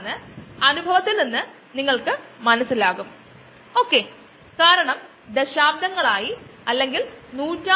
microalga വായുവിൽ ഉള്ള carbon dioxide പരിവർത്തനം ചെയുന്നു അതോടൊപ്പം അതിന്റെ പ്രക്രിയയിൽ ലിപിഡ്സ് അല്ലെകിൽ ബയോ ഓയിൽ കൂട്ടി വെയ്ക്കുന്നു